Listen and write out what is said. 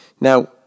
Now